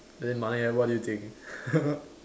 then Malek eh what do you think